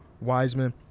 Wiseman